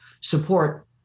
support